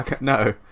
no